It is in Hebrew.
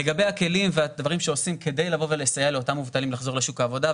לגבי הכלים והדברים שעושים כדי לסייע לאותם מובטלים לחזור לשוק העבודה,